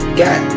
got